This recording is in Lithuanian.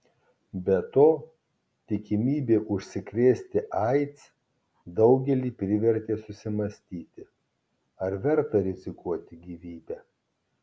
be to tikimybė užsikrėsti aids daugelį privertė susimąstyti ar verta rizikuoti gyvybe